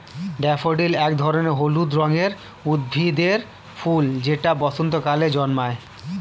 daffodil এক ধরনের হলুদ রঙের উদ্ভিদের ফুল যেটা বসন্তকালে জন্মায়